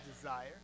desire